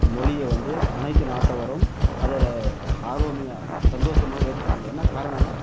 மொழிய வந்து அனைத்து நாட்டவரும் அதோட ஆர்வமே சந்தோஷமாக ஏத்துக்கிறாங்க என்ன காரணம்னால்